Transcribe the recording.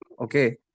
Okay